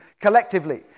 collectively